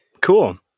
Cool